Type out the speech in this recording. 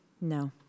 no